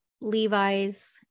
Levi's